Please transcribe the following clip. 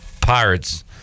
Pirates